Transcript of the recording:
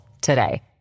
today